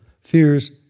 fears